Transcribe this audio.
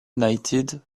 united